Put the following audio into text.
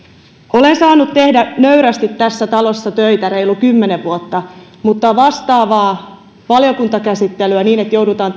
olen saanut tehdä nöyrästi tässä talossa töitä reilut kymmenen vuotta mutta vastaavaan valiokuntakäsittelyyn että joudutaan